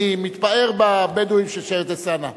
אני מתפאר בבדואים של שבט אלסאנע.